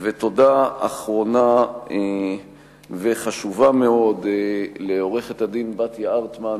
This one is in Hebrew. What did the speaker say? תודה אחרונה וחשובה מאוד לעורכת-הדין בתיה ארטמן,